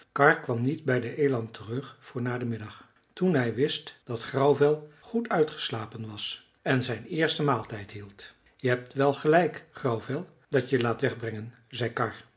karr kwam niet bij den eland terug voor na den middag toen hij wist dat grauwvel goed uitgeslapen was en zijn eersten maaltijd hield je hebt wel gelijk grauwvel dat je je laat wegbrengen zei karr